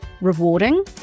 rewarding